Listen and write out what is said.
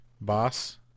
Boss